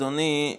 אדוני,